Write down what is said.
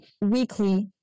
weekly